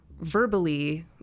verbally